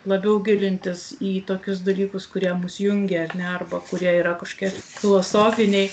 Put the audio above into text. labiau gilintis į tokius dalykus kurie mus jungia ar ne arba kurie yra kažkokie filosofiniai